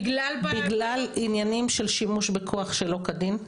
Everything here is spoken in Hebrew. בגלל עניינים של שימוש בכוח שלא כדין,